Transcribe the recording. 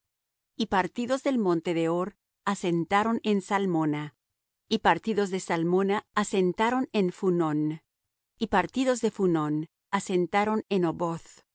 y partidos del monte de hor asentaron en salmona y partidos de salmona asentaron en phunón y partidos de phunón asentaron en